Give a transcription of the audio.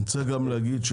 אני רוצה גם להגיד,